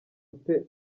ute